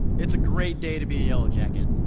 it's a great day to be a yellow jacket.